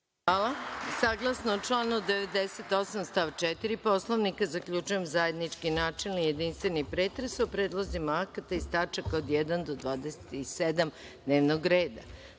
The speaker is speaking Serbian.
Hvala. Saglasno članu 98. stav 4. Poslovnika, zaključujem zajednički načelni, jedinstveni pretres o predlozima akata iz tačaka od jedan – 27. dnevnog